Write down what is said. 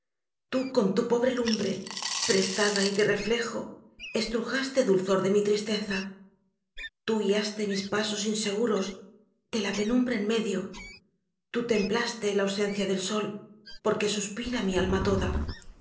tú con tu pobre lumbre prestada y de reflejo estrujaste dulzor de mi tristeza tú guiaste mis pasos inseguros de la penumbra en medio tú templaste la ausencia del sol porque suspira mi alma toda